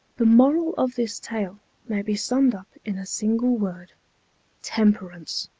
the moral of this tale may be summed up in a single word temperance.